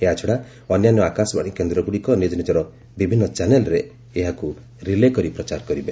ଏହାଛଡ଼ା ଅନ୍ୟାନ୍ୟ ଆକାଶବାଣୀ କେନ୍ଦ୍ରଗୁଡ଼ିକ ନିଜ ନିଜର ବିଭିନ୍ନ ଚ୍ୟାନେଲ୍ରେ ଏହାକୁ ରିଲେ କରି ପ୍ରଚାର କରିବେ